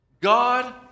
God